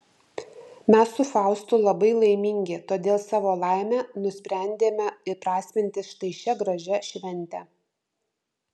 mes su faustu labai laimingi todėl savo laimę nusprendėme įprasminti štai šia gražia švente